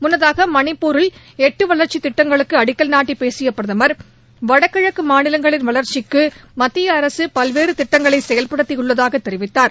முன்னதாக மணிப்பூரில் எட்டு வளர்ச்சித் திட்டங்களுக்கு அடிக்கல் நாட்டி பேசிய பிரதமர் வடகிழக்கு மாநிலங்களின் வளர்ச்சிக்கு மத்திய அரசு பல்வேறு திட்டங்களையும் செயல்படுத்தியுள்ளதாக தெரிவித்தார்